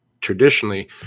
traditionally